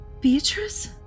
Beatrice